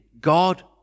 God